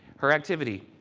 her activity,